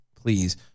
please